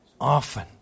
often